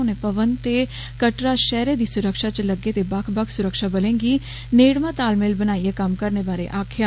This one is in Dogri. उनें भवन ते कटड़ा शैहरे दी सुरक्षा च लगदे बक्ख बक्ख सुरक्षा बलें गी नेडमा तालमेल बनाईये कम्म करने बारै अक्खेया